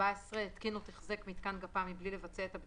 התקין או תיחזק מיתקן גפ"מ מבלי לבצע את2,500